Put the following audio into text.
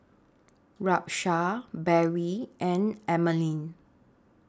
Rashaan Barrie and Emeline